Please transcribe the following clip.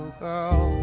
girl